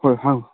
ꯍꯣꯏ ꯍꯪꯉꯣ